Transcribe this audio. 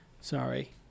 Sorry